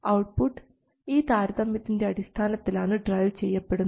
output ഈ താരതമ്യത്തിൻറെ അടിസ്ഥാനത്തിലാണ് ഡ്രൈവ് ചെയ്യപ്പെടുന്നത്